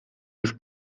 już